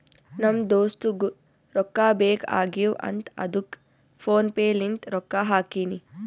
ನಮ್ ದೋಸ್ತುಗ್ ರೊಕ್ಕಾ ಬೇಕ್ ಆಗೀವ್ ಅಂತ್ ಅದ್ದುಕ್ ಫೋನ್ ಪೇ ಲಿಂತ್ ರೊಕ್ಕಾ ಹಾಕಿನಿ